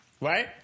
Right